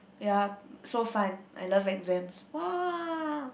ya so fun I love exams !wah!